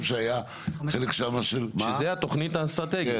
שהיה חלק שם --- שזו התוכנית האסטרטגית,